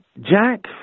Jack